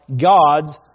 God's